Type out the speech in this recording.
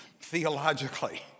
theologically